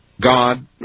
God